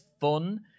fun